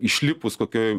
išlipus kokioj